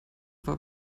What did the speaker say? war